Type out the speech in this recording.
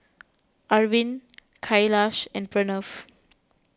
Arvind Kailash and Pranav